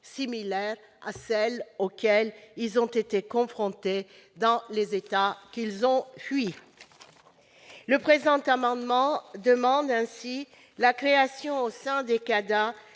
similaires à celles auxquelles elles ont été confrontées dans les États qu'elles ont fuis. Le présent amendement tend ainsi à la création, au sein des CADA,